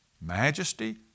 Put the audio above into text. majesty